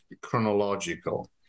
chronological